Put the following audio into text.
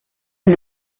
est